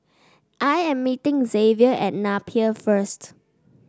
I am meeting Xavier at Napier first